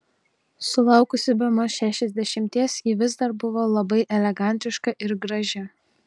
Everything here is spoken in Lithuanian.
sulaukusi bemaž šešiasdešimties ji vis dar buvo labai elegantiška ir graži